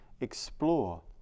explore